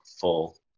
full